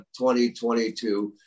2022